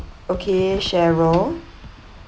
okay cheryl